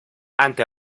ante